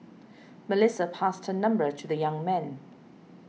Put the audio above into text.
Melissa passed her number to the young man